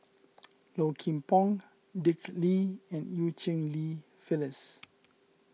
Low Kim Pong Dick Lee and Eu Cheng Li Phyllis